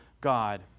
God